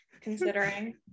considering